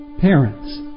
Parents